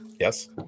yes